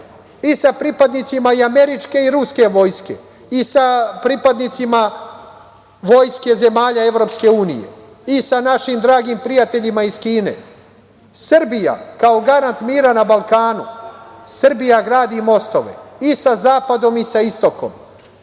i sa pripadnicima i američke i ruske vojske i sa pripadnicima vojske zemalja Evropske unije i sa našim dragim prijateljima iz Kine. Srbija kao garant mira na Balkanu gradi mostove i sa zapadom i sa istokom.